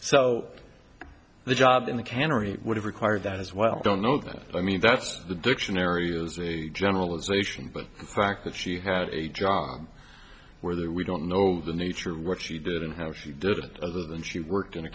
so the job in the cannery would require that as well i don't know that i mean that's the dictionary as a generalization but the fact that she had a job where there we don't know the nature of what she did and how she did it other than she worked in a